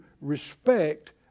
respect